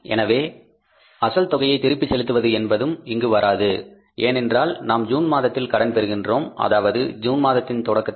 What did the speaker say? எனவே அசல் தொகையை திருப்பிச் செலுத்துவது என்பதும் இங்கு வராது ஏனென்றால் நாம் ஜூன் மாதத்தில் கடன் பெறுகின்றோம் அதாவது ஜூன் மாதத்தின் தொடக்கத்தில்